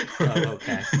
Okay